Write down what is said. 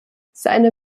seine